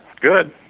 Good